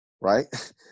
right